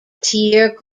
tear